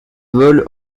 vole